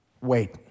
wait